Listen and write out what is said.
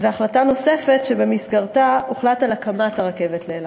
והחלטה נוספת שבמסגרתה הוחלט על הקמת הרכבת לאילת.